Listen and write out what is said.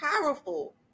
powerful